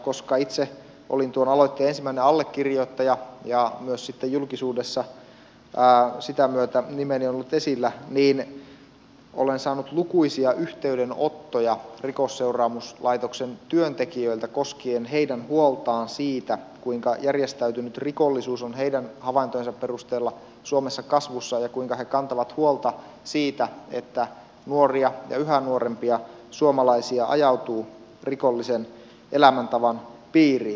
koska itse olin tuon aloitteen ensimmäinen allekirjoittaja ja myös sitten julkisuudessa sitä myötä nimeni on ollut esillä niin olen saanut lukuisia yhteydenottoja rikosseuraamuslaitoksen työntekijöiltä koskien heidän huoltaan siitä kuinka järjestäytynyt rikollisuus on heidän havaintojensa perusteella suomessa kasvussa ja kuinka he kantavat huolta siitä että nuoria ja yhä nuorempia suomalaisia ajautuu rikollisen elämäntavan piiriin